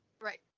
right